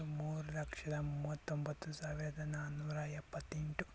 ಮೂರು ಲಕ್ಷದ ಮೂವತ್ತೊಂಬತ್ತು ಸಾವಿರದ ನಾನ್ನೂರ ಎಪ್ಪತ್ತೆಂಟು